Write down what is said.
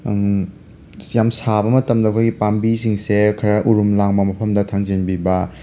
ꯑꯁ ꯌꯥꯝ ꯁꯥꯕ ꯃꯇꯝꯗ ꯑꯩꯈꯣꯏꯒꯤ ꯄꯥꯝꯕꯤꯁꯤꯡꯁꯦ ꯈꯔ ꯎꯔꯨꯝ ꯂꯥꯡꯕ ꯃꯐꯝꯗ ꯊꯥꯡꯖꯟꯕꯤꯕ